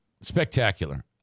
Spectacular